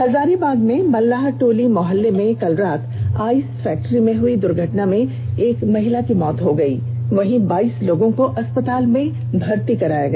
हजारीबाग के मल्लाह टोली मुहल्ले में कल रात आइस फैक्ट्री में हई द्र्घटना में एक महिला की मौत हो गई वहीं बाईस लोगों को अस्पताल में भर्ती कराया गया